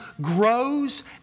grows